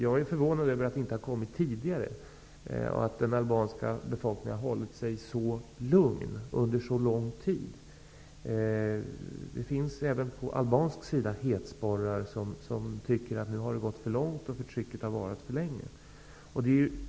Jag är förvånad över att det inte har inträffat sådana tidigare, att den albanska befolkningen har hållit sig så lugn under så lång tid. Det finns även albanska hetsporrar som tycker att det hela har gått för långt och att förtrycket har varat för länge.